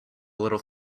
little